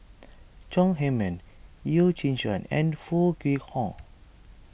Chong Heman Yeo Shih Yun and Foo Kwee Horng